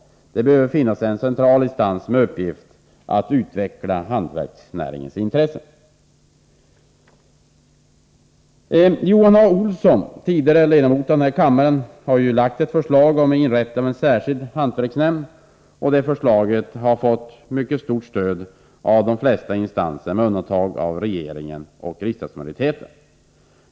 Det behöver finnas en central instans med uppgift att utveckla hantverksnäringens intressen. Johan A. Olsson, tidigare ledamot av denna kammare, har framlagt förslag om inrättande av en särskild hantverksnämnd. Det förslaget har fått mycket stort stöd av de flesta instanser, dock med undantag för regeringen och riksdagsmajoriteten.